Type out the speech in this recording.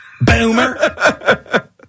Boomer